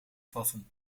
vatten